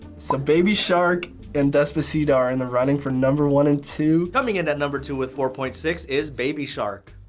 so baby shark and despacito are in the running for number one and two? coming in at number two with four point six is baby shark.